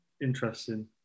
Interesting